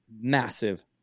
massive